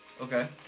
Okay